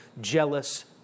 jealous